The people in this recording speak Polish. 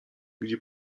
gdzie